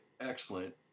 excellent